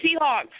Seahawks